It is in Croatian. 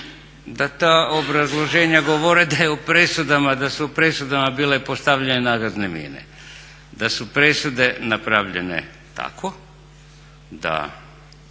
da ta obrazloženja govore da su u presudama bile postavljene nagazne mine, da su presude napravljene tako da